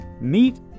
meet